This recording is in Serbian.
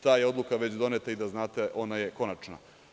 Ta je odluka već doneta i, da znate, ona je konačna.